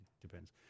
depends